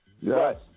Yes